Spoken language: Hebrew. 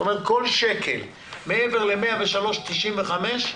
כל שקל מעבר ל-103.95%,